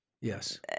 Yes